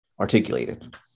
articulated